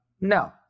No